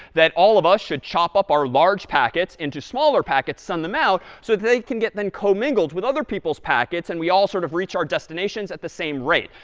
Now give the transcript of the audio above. that all of us should chop up our large packets into smaller packets, send them out, so they can get then commingled with other people's packets and we all sort of reach our destinations at the same rate.